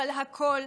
אבל הכול,